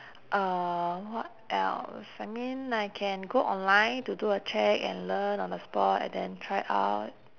uh what else I mean I can go online to do a check and learn on the spot and then try out